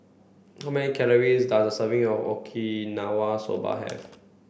how many calories does a serving of Okinawa Soba have